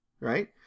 right